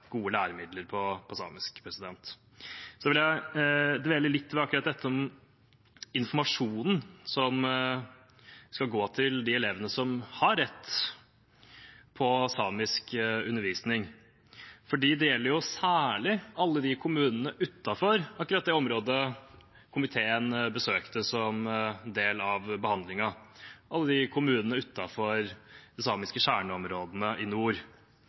gode læremidler på samisk. Jeg vil dvele litt ved akkurat dette om informasjonen som skal gå til de elevene som har rett på samisk undervisning, for det gjelder særlig alle de kommunene utenfor akkurat det området komiteen besøkte som en del av behandlingen, alle kommunene utenfor de samiske kjerneområdene i nord.